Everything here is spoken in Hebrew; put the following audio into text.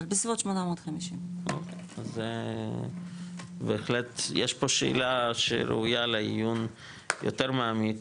אבל בסביבות 850. אז בהחלט יש פה שאלה שראויה לעיון יותר מעמיק,